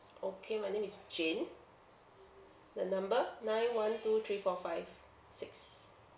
okay my name is jane the number nine one two three four five six